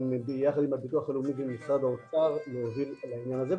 יחד עם הביטוח הלאומי ועם משרד האוצר להוביל את העניין הזה.